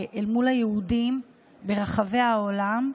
אל מול היהודים ברחבי העולם,